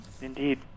Indeed